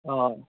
ꯑꯥ